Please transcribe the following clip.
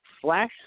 flash